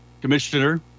commissioner